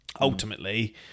ultimately